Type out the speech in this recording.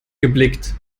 geblickt